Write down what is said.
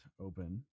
open